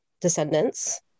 descendants